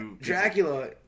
Dracula